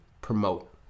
promote